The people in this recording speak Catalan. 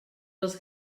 les